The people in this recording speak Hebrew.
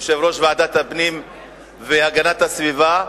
יושב-ראש ועדת הפנים והגנת הסביבה,